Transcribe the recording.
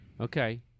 Okay